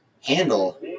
handle